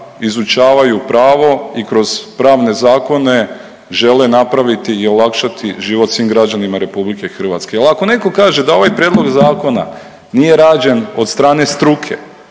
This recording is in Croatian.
izučavaju pravo i kroz pravne zakone žele napraviti i olakšati život svim građanima RH. Al ako neko kaže da ovaj prijedlog zakona nije rađen od strane struke,